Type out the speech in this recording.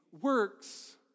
works